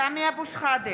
סמי אבו שחאדה,